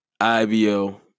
IBO